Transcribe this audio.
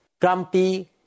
grumpy